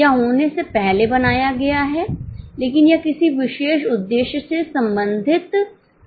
यह होने से पहले बनाया गया है लेकिन यह किसी विशेष उद्देश्य से संबंधित नहीं है